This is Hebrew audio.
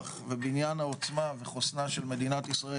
ובעניין העוצמה וחוסנה של מדינת ישראל.